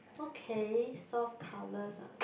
okay soft colours ah